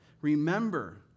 remember